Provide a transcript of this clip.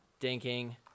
dinking